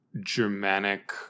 Germanic